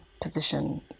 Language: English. position